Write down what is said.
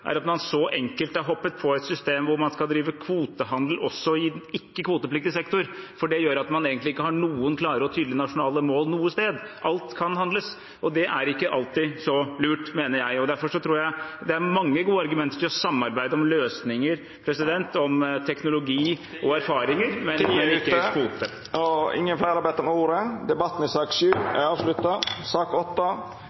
er at man så enkelt har hoppet på et system hvor man skal drive kvotehandel også i ikke-kvotepliktig sektor, for det gjør at man egentlig ikke har noen klare og tydelige nasjonale mål noe sted. Alt kan handles, og det er ikke alltid så lurt, mener jeg. Derfor tror jeg det er mange gode argumenter for å samarbeide om løsninger, om teknologi og erfaringer, men … Taletida er ute. Fleire har ikkje bedt om ordet til sak